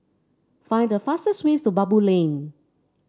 find the fastest way to Baboo Lane